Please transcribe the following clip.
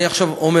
אני עכשיו אומר,